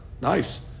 Nice